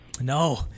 No